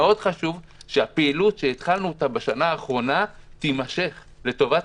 מאוד חשוב שהפעילות שהתחלנו בשנה האחרונה תימשך לטובת